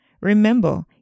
Remember